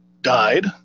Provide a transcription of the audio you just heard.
died